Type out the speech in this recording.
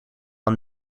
aan